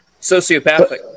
Sociopathic